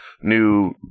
new